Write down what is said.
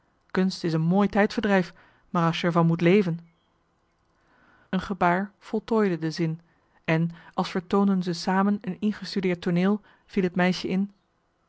kunst is een mooi tijdverdrijf maar als je er van moet leven een gebaar voltooide de zin en als vertoonden ze samen een ingestudeerd tooneel viel het meisje in